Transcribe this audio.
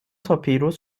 torpedos